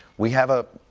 we have a